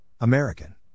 American